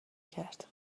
کرد